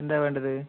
എന്താ വേണ്ടത്